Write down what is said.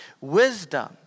Wisdom